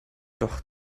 doch